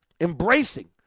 embracing